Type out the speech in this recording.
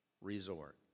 resort